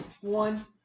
One